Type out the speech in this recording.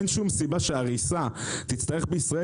אין שום סיבה שעריסה תצטרך בישראל